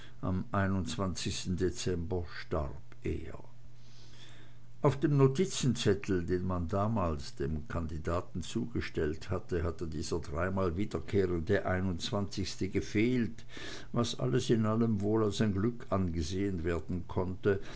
am dezember starb er auf dem notizenzettel den man damals dem kandidaten zugestellt hatte hatte dieser dreimal wiederkehrende einundzwanzigste gefehlt was alles in allem wohl als ein glück angesehen werden konnte